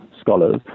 scholars